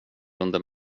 under